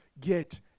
get